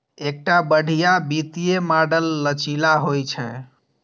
एकटा बढ़िया वित्तीय मॉडल लचीला होइ छै